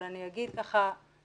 אבל אני אגיד מאוד בתמצית.